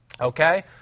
Okay